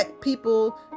people